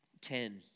ten